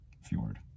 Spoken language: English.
fjord